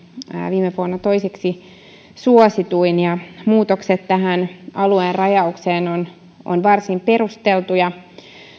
viime vuonna toiseksi suosituin muutokset tähän alueen rajaukseen ovat varsin perusteltuja